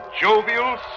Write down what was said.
jovial